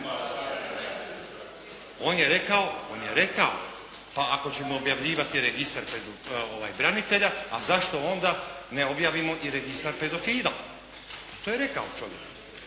on je rekao, pa ako ćemo objavljivati registar branitelja a zašto onda ne objavimo i registar pedofila. Pa to je rekao čovjek.